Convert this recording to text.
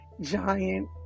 giant